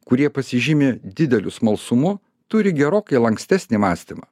kurie pasižymi dideliu smalsumu turi gerokai lankstesnį mąstymą